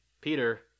Peter